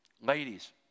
Ladies